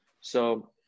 So-